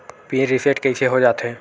Pin reset कइसे हो जाथे?